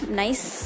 nice